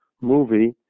movie